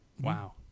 wow